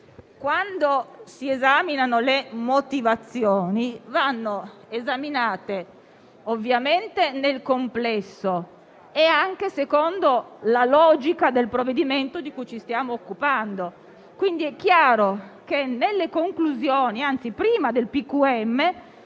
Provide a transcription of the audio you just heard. quando si esaminano le motivazioni, queste vanno esaminate ovviamente nel complesso e anche secondo la logica del provvedimento di cui ci stiamo occupando. È chiaro che nelle conclusioni - anzi, prima della